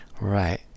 Right